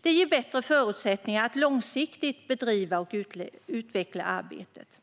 Det ger bättre förutsättningar att långsiktigt bedriva och utveckla arbetet.